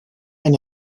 and